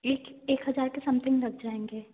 एक एक हजार के समथिंग लग जाएँगे